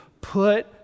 Put